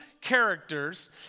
characters